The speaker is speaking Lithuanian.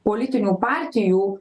politinių partijų